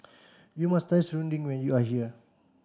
you must try Serunding when you are here